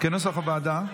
כנוסח הוועדה,